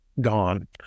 Gone